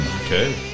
Okay